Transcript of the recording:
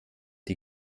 die